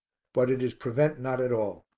but it is prevent not at all.